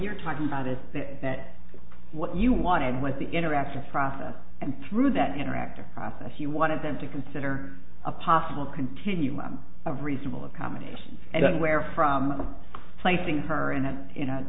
you're talking about is that what you wanted with the interactive process and through that interactive process you wanted them to consider a possible continuum of reasonable accommodations and where from placing her aunt in a